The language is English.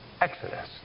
Exodus